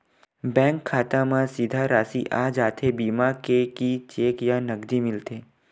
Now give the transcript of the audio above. Bank खाता मा सीधा राशि आ जाथे बीमा के कि चेक या नकदी मिलथे?